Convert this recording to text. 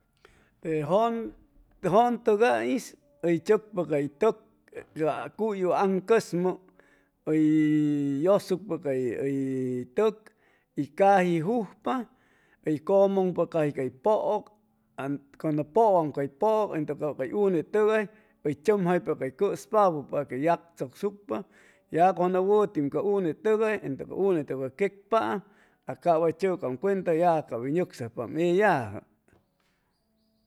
Te jʉn te jʉntʉgais hʉy chʉcpa cay tʉk ca cuy aŋcʉzmʉ hʉy yʉsucpa ca hʉy tʉk y caji jujpa hʉy cʉmʉŋpa caji cay pʉʉc cuando pʉwa cay pʉʉc entu ap hʉy unetʉgay hʉy chʉmjaipa cay cʉspapʉ paque yagchʉcsucpa ya cuando wʉtiam ca unetʉgay queqpaam a cap way chʉcam cuanta ya cap hʉy nʉcsajpaam ellajʉ